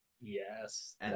Yes